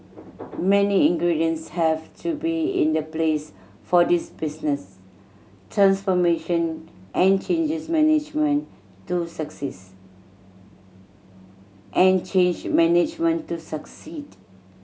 many ingredients have to be in the place for this business transformation and changes management to success and change management to succeed